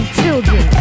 children